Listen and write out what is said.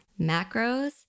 macros